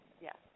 yes